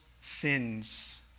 sins